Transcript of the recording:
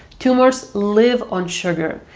tumours live on sugar.